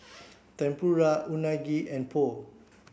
Tempura Unagi and Pho